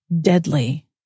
Deadly